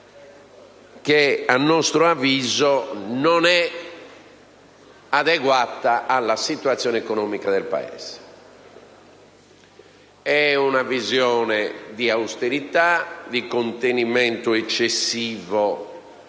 che, a nostro avviso, non è adeguata alla situazione economica del Paese: riproducono una visione di austerità, di contenimento eccessivo